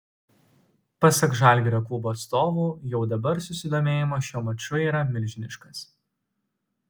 pasak žalgirio klubo atstovų jau dabar susidomėjimas šiuo maču yra milžiniškas